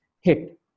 hit